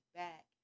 back